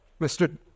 Mr